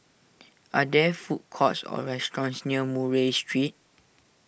are there food courts or restaurants near Murray Street